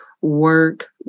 work